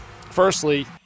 Firstly